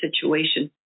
situation